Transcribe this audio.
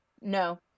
No